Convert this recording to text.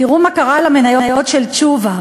תראו מה קרה למניות של תשובה,